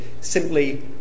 simply